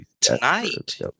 Tonight